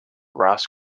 ross